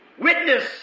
witness